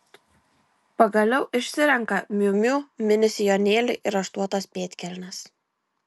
pagaliau išsirenka miu miu mini sijonėlį ir raštuotas pėdkelnes